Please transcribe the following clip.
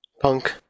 Punk